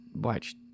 watch